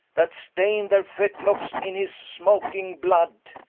that stain'd their fetlockes in his smoaking blood,